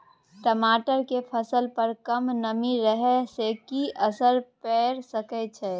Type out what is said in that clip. टमाटर के फसल पर कम नमी रहै से कि असर पैर सके छै?